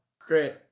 great